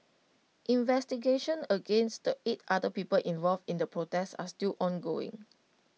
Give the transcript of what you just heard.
investigations against the eight other people involved in the protest are still ongoing